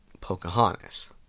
Pocahontas